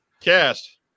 cast